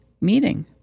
meeting